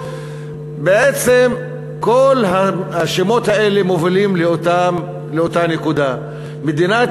בעצם כל השמות האלה מובילים לאותה נקודה: מדינת